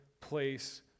place